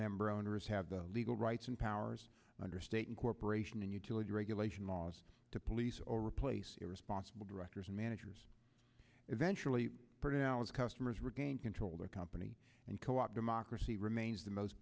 member owners have the legal rights and powers under state incorporation and utility regulation laws to police or replace irresponsible directors and managers eventually prevail as customers regain control of the company and co opt democracy remains the most